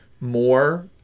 more